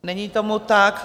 Není tomu tak.